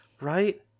Right